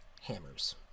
Hammers